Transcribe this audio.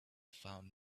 found